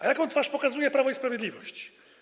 A jaką twarz pokazuje Prawo i Sprawiedliwość?